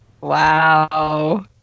Wow